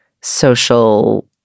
social